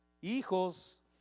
hijos